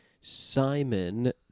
Simon